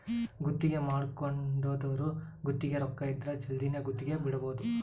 ಗುತ್ತಿಗೆ ಮಾಡ್ಕೊಂದೊರು ಗುತ್ತಿಗೆ ರೊಕ್ಕ ಇದ್ರ ಜಲ್ದಿನೆ ಗುತ್ತಿಗೆ ಬಿಡಬೋದು